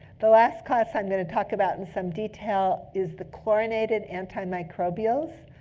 the last class i'm going to talk about in some detail is the chlorinated antimicrobials.